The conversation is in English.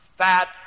Fat